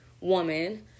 woman